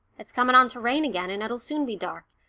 it's coming on to rain again, and it'll soon be dark,